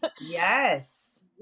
Yes